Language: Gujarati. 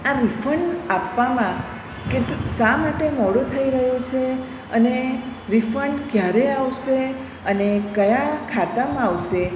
આ રિફંડ આપવામાં શા માટે મોડું થઈ રહ્યું છે અને રિફંડ ક્યારે આવશે અને કયા ખાતામાં આવશે